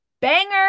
banger